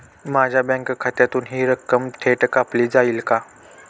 माझ्या बँक खात्यातून हि रक्कम थेट कापली जाईल का?